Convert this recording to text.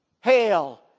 Hail